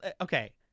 Okay